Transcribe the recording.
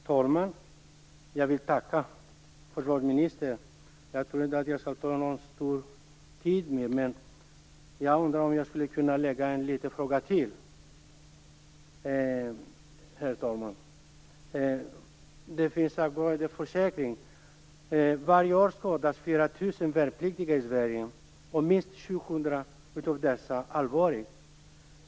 Herr talman! Jag vill tacka försvarsministern. Jag skall inte ta upp så mycket mer tid, men jag undrar om jag skulle kunna ställa en fråga till. Den handlar om försäkringar. Varje år skadas 4 000 värnpliktiga i Sverige, och minst 700 av dessa allvarligt.